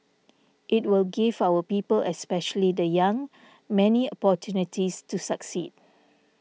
it will give our people especially the young many opportunities to succeed